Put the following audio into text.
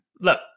Look